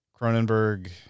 Cronenberg